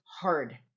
hard